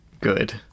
Good